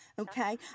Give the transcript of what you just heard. Okay